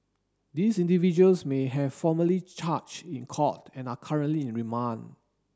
these individuals may have formally charge in court and are currently in remand